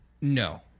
No